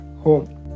home